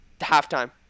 halftime